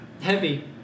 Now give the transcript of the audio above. Heavy